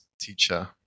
teacher